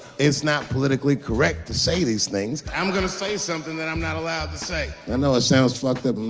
it's not politically correct to say these things i'm gonna say something that i'm not allowed to say i know it sounds fucked up.